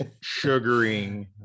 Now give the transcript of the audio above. sugaring